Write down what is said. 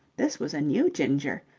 this was a new ginger,